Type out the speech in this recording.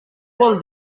vol